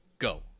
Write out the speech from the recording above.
Go